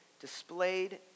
displayed